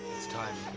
it's time.